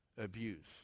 abuse